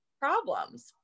problems